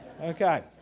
okay